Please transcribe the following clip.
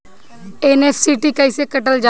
NEFT कइसे कइल जाला?